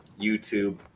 YouTube